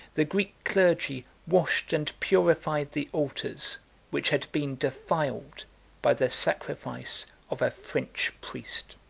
the greek clergy washed and purified the altars which had been defiled by the sacrifice of a french priest.